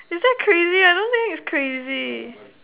is that crazy I don't think it's crazy